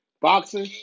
Boxing